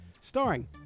Starring